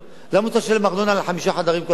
למה הוא צריך לשלם ארנונה על חמישה חדרים כל חודש,